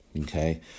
Okay